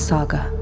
Saga